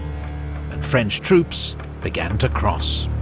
and french troops began to cross.